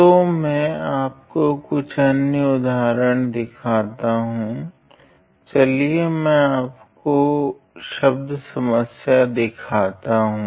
तो मैं आपको कुछ अन्य उदाहरण दिखाता हूँ चलिए मैं आपको शब्द समस्या दिखाता हूँ